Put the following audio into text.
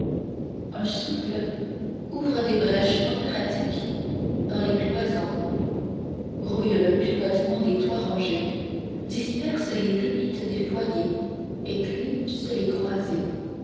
un souffle ouvre des brèches opéradiques dans les cloisons brouille le pivotement des toits rongés disperse les limites des foyers éclipse les croisées